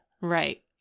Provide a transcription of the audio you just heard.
Right